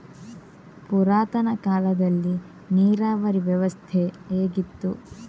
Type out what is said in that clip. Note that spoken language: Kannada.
ಪುರಾತನ ಕಾಲದಲ್ಲಿ ನೀರಾವರಿ ವ್ಯವಸ್ಥೆ ಹೇಗಿತ್ತು?